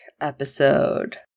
episode